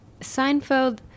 Seinfeld